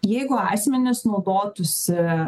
jeigu asmenys naudotųsi